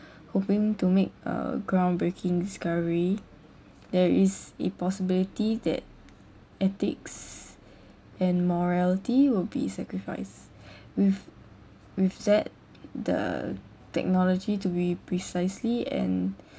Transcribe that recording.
hoping to make a groundbreaking discovery there is a possibility that ethics and morality will be sacrificed with with that the technology to be precisely and